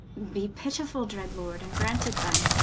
be pittifull, dread lord, and graunt it then